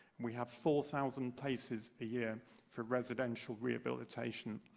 we have four thousand cases a year for residential rehabilitation.